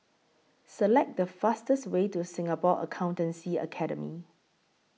Select The fastest Way to Singapore Accountancy Academy